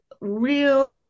real